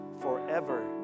forever